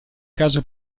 caso